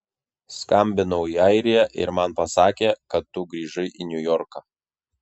skambinau į airiją ir man pasakė kad tu grįžai į niujorką